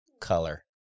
color